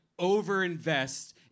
overinvest